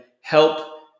help